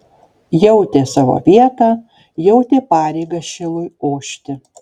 jautė savo vietą jautė pareigą šilui ošti